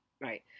right